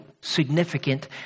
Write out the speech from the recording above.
significant